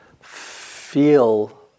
feel